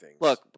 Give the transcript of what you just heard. Look